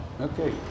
Okay